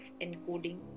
encoding